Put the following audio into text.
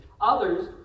Others